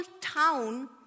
town